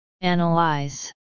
Analyze